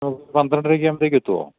പന്ത്രണ്ടര ഒക്കെ ആകുമ്പോഴത്തേക്ക് എത്തുമോ